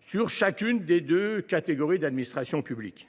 sur chacune des deux catégories de l’administration publique.